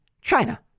China